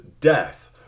death